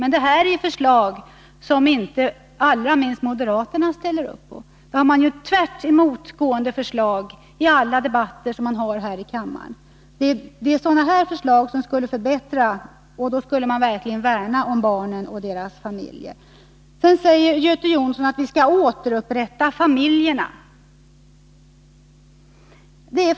Men det här är förslag som allra minst moderaterna ställer upp på. Deras förslag i alla debatter här i kammaren går ju tvärtemot. Att genomföra det som jag nyss räknat upp skulle verkligen vara att värna om barnen och deras familjer. Sedan säger Göte Jonsson att vi skall återupprätta familjerna.